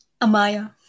Amaya